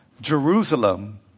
Jerusalem